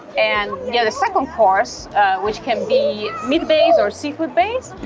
and you get a second course which can be meat-based or seafood-based.